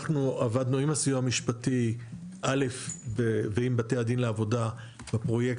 אנחנו עבדנו עם הסיוע המשפטי ועם בתי הדין לעבודה בפרויקט